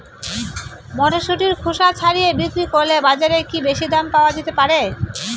মটরশুটির খোসা ছাড়িয়ে বিক্রি করলে বাজারে কী বেশী দাম পাওয়া যেতে পারে?